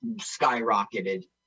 skyrocketed